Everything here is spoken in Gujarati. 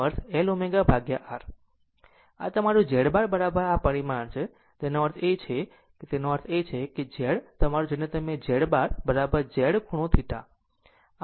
આ તમારી Z બાર આ પરિમાણ છે તેનો અર્થ એ કે આનો અર્થ એ થાય કે Z તમારું જેને તમે Z બાર Z ખૂણો θ